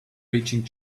breaching